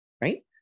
right